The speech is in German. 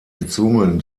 gezwungen